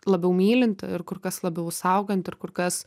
labiau mylinti ir kur kas labiau sauganti ir kur kas